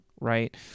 right